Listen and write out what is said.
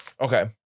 okay